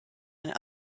and